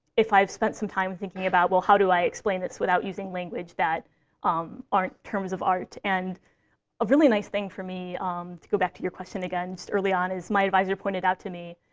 if i've spent some time thinking about, well, how do i explain this without using language that um aren't terms of art. and a really nice thing for me to go back to your question again just early on is my advisor pointed out to me,